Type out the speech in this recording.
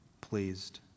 pleased